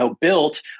built